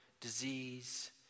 disease